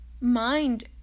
mind